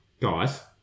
Guys